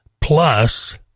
plus